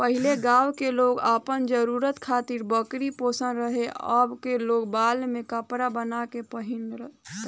पहिले गांव के लोग आपन जरुरत खातिर बकरी पोसत रहे आ ओकरा बाल से कपड़ा बाना के पहिनत रहे